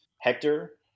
Hector